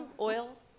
Oils